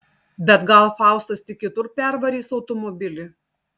bet gal faustas tik kitur pervarys automobilį